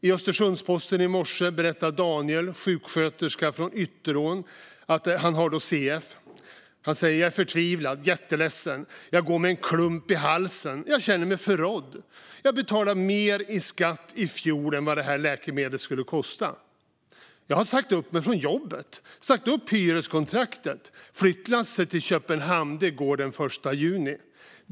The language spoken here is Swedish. I Östersunds-Posten i morse berättade Daniel, sjuksköterska från Ytterån, som har CF: Jag är förtvivlad, jätteledsen och går med en klump i halsen. Jag känner mig förrådd. Jag betalade mer i skatt i fjol än vad det här läkemedlet skulle kosta. Jag har sagt upp mig från jobbet och sagt upp hyreskontraktet. Flyttlasset till Köpenhamn går den 1 juni.